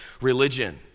religion